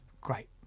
Great